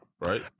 Right